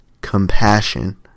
compassion